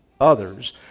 others